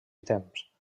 ítems